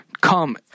come